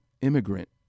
immigrant